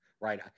Right